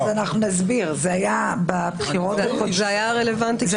זה היה רלוונטי בשיא הקורונה.